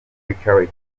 culture